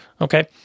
okay